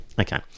Okay